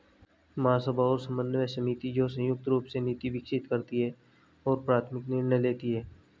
महासभा और समन्वय समिति, जो संयुक्त रूप से नीति विकसित करती है और प्राथमिक निर्णय लेती है